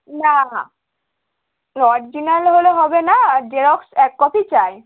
না অরজিনাল হলে হবে না জেরক্স এক কপি চাই